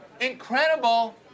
Incredible